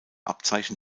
abzeichen